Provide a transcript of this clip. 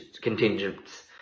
contingents